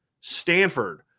Stanford